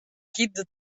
kid